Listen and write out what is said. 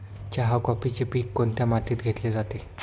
चहा, कॉफीचे पीक कोणत्या मातीत घेतले जाते?